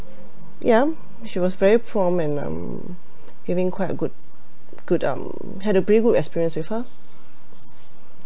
ya um she was very prompt and um having quite a good good um had a pretty good experience with her